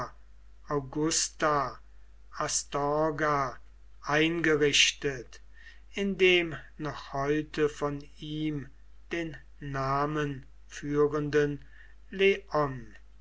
astorga eingerichtet in dem noch heute von ihm den namen führenden leon